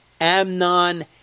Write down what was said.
Amnon